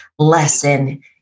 Lesson